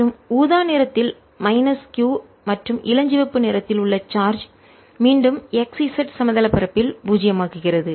மற்றும் ஊதா நிறத்தில் மைனஸ் q மற்றும் இளஞ்சிவப்பு நிறத்தில் உள்ள சார்ஜ் மீண்டும் x z சமதள பரப்பில் பூஜ்ஜியமாக்குகிறது